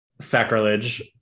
Sacrilege